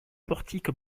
portique